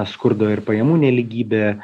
skurdo ir pajamų nelygybė